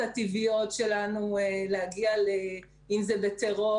זה בטרור,